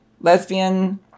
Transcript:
lesbian